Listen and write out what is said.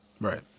Right